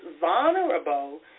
vulnerable